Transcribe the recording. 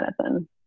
medicine